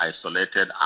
isolated